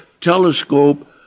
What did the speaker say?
telescope